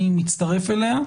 אני מצטרף אליה.